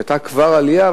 כשהיתה כבר עלייה,